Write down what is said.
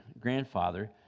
grandfather